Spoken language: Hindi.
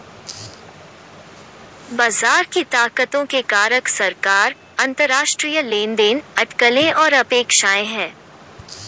बाजार की ताकतों के कारक सरकार, अंतरराष्ट्रीय लेनदेन, अटकलें और अपेक्षाएं हैं